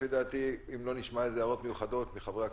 לפי דעתי אם לא נשמע איזה הערות מיוחדות מחברי הכנסת,